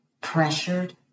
pressured